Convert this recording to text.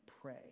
pray